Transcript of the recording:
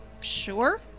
sure